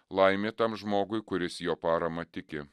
laimė tam žmogui kuris jo parama tiki